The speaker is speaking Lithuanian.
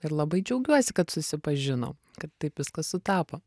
ir labai džiaugiuosi kad susipažinom kad taip viskas sutapo